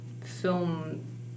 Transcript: film